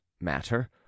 matter